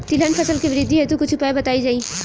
तिलहन फसल के वृद्धी हेतु कुछ उपाय बताई जाई?